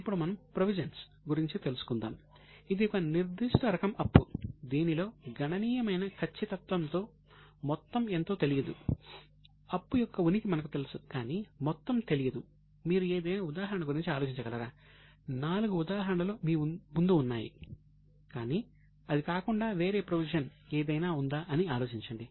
ఇప్పుడు మనము ప్రొవిజన్స్ ఏదైనా ఉందా అని ఆలోచించండి